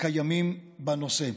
הקיימים בנושא.